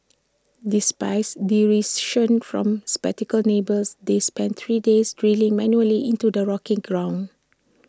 despites derision from neighbours they spent three days drilling manually into the rocky ground